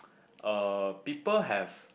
uh people have